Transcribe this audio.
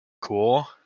Cool